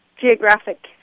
geographic